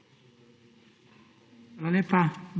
Hvala lepa.